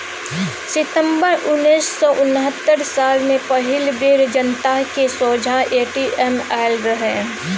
सितंबर उन्नैस सय उनहत्तर साल मे पहिल बेर जनताक सोंझाँ ए.टी.एम आएल रहय